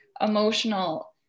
emotional